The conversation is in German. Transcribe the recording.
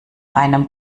einem